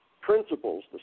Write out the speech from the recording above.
principles